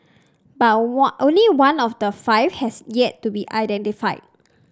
but only one of the five has yet to be identified